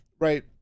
right